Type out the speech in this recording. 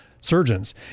surgeons